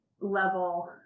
Level